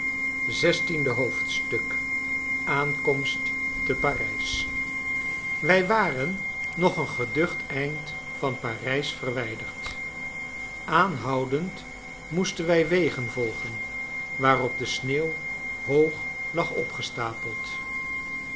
xvi aankomst te parijs wij waren nog een geducht eind van parijs verwijderd aanhoudend moesten wij wegen volgen waarop de sneeuw hoog lag opgestapeld